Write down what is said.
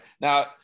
Now